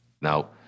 Now